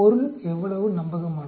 பொருள் எவ்வளவு நம்பகமானது